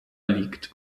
liegt